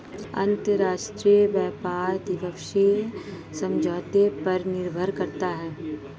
अंतरराष्ट्रीय व्यापार द्विपक्षीय समझौतों पर निर्भर करता है